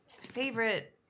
favorite